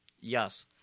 Yes